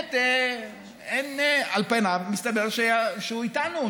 באמת על פניו מסתבר שהוא איתנו,